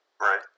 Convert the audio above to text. Right